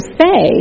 say